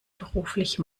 beruflich